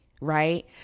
Right